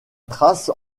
trace